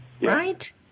right